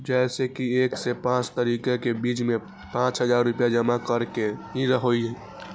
जैसे कि एक से पाँच तारीक के बीज में पाँच हजार रुपया जमा करेके ही हैई?